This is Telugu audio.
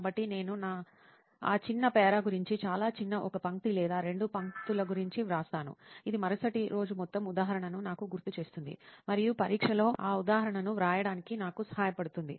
కాబట్టి నేను ఆ చిన్న పారా గురించి చాలా చిన్న ఒక పంక్తి లేదా రెండు పంక్తుల గురించి వ్రాస్తాను ఇది మరుసటి రోజు మొత్తం ఉదాహరణను నాకు గుర్తు చేస్తుంది మరియు పరీక్షలో ఆ ఉదాహరణను వ్రాయడానికి నాకు సహాయపడుతుంది